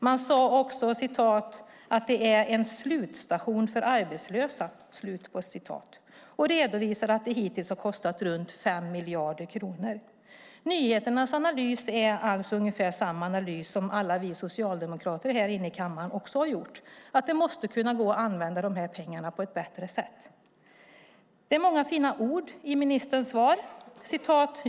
Man sade att det är "en slutstation för arbetslösa". Man redovisade att det hittills har kostat runt 5 miljarder kronor. Nyheternas analys är alltså ungefär samma analys som alla vi socialdemokrater här i kammaren också har gjort, att det måste gå att använda de här pengarna på ett bättre sätt. Det är många fina ord i ministerns svar.